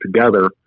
together